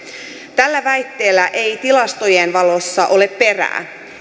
tällä väitteellä ei tilastojen valossa ole perää